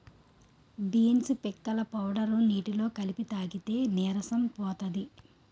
beans పిక్కల powder నీటిలో కలిపి తాగితే నీరసం పోతది